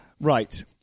right